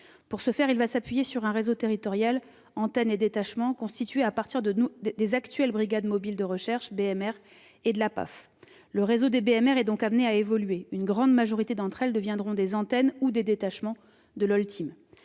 Pour ce faire, il s'appuiera sur un réseau territorial- antennes et détachements -constitué à partir des actuelles BMR et de la PAF. Le réseau des BMR est donc amené à évoluer : une grande majorité des brigades deviendront des antennes ou des détachements de l'Oltim.